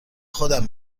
خودم